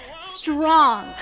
strong